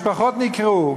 משפחות נקרעו,